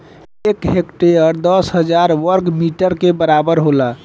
एक हेक्टेयर दस हजार वर्ग मीटर के बराबर होला